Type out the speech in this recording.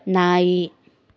ನಾಯಿ